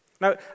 Now